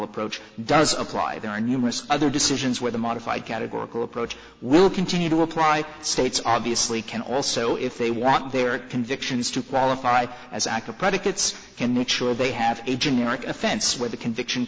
approach does apply there are numerous other decisions where the modified categorical approach will continue to apply states obviously can also if they want their convictions to qualify as aca predicates can make sure they have a generic offense where the conviction